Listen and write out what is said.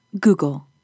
Google